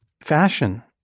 fashion